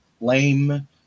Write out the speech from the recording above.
lame